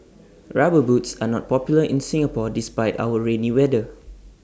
rubber boots are not popular in Singapore despite our rainy weather